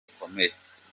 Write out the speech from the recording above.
bikomeye